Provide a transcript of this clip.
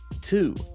two